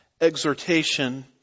exhortation